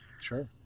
Sure